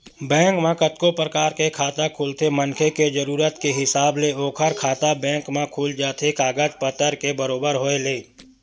bank म कतको परकार के खाता खुलथे मनखे के जरुरत के हिसाब ले ओखर खाता बेंक म खुल जाथे कागज पतर के बरोबर होय ले